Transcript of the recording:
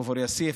כפר יאסיף,